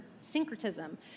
syncretism